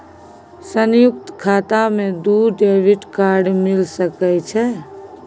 संयुक्त खाता मे दू डेबिट कार्ड मिल सके छै?